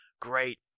Great